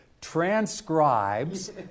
transcribes